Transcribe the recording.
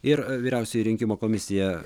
ir vyriausioji rinkimų komisija